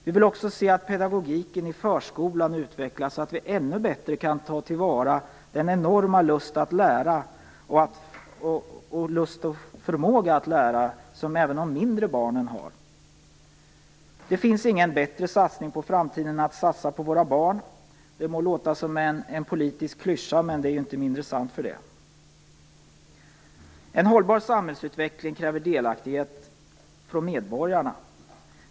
Vi vill också se att pedagogiken i förskolan utvecklas så att man ännu bättre kan ta till vara den enorma lust och förmåga att lära som även de mindre barnen har. Det finns ingen bättre satsning på framtiden än att satsa på våra barn. Det må låta som en politisk klyscha, men det är ju icke mindre sant för det. En hållbar samhällsutveckling kräver delaktighet från medborgarna.